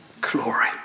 Glory